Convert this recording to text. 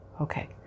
Okay